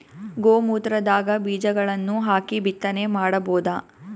ಗೋ ಮೂತ್ರದಾಗ ಬೀಜಗಳನ್ನು ಹಾಕಿ ಬಿತ್ತನೆ ಮಾಡಬೋದ?